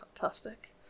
fantastic